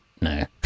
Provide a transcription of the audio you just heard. no